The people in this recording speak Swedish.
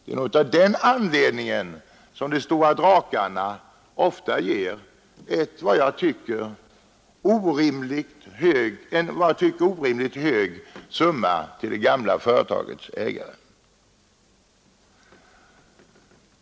Det är nog av den anledningen som ”de stora drakarna” ofta ger en, som jag tycker, orimligt hög betalning till det gamla företagets ägare.